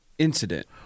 incident